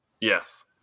Yes